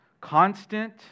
Constant